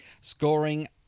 scoring